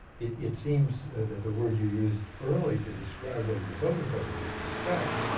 it it seems that the word you used early to describe what he was hoping for, which is respect,